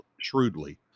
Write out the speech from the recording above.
shrewdly